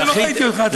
שלא ראיתי אותך,